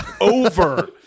over